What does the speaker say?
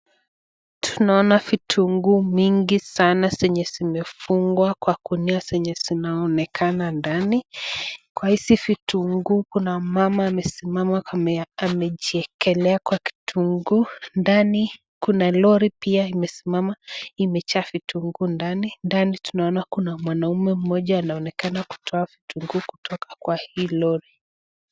Tunaona vitungu mingi sana zenye zimefungwa kwa gunia zenye zinaonekana ndani kwa hizi vitungu kuna mama amesimama amejiekelea kwa kitungu ndani kuna lori imesimama imejaa vitungu ndani, ndani tunaona kuna mwanaume anaonekana kutoa vitungu kutoka kwa hii lorIi